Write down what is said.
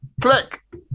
Click